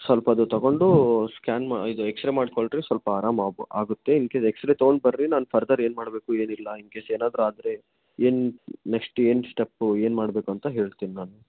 ಸ್ವಲ್ಪ ಅದು ತಗೊಂಡು ಸ್ಕ್ಯಾನ್ ಮಾಡಿ ಇದು ಎಕ್ಸ್ ರೇ ಮಾಡಿಕೊಂಡ್ರೆ ಸ್ವಲ್ಪ ಆರಾಮು ಆಬೋ ಆಗುತ್ತೆ ಇನ್ ಕೇಸ್ ಎಕ್ಸ್ ರೇ ತಗೊಂಡ್ಬರ್ರಿ ನಾನು ಫರ್ದರ್ ಏನು ಮಾಡಬೇಕು ಏನಿಲ್ಲ ಇನ್ ಕೇಸ್ ಏನಾದರೂ ಆದರೆ ಏನು ನೆಕ್ಸ್ಟ್ ಏನು ಸ್ಟೆಪ್ ಏನು ಮಾಡಬೇಕು ಅಂತ ಹೇಳ್ತೀನಿ ನಾನು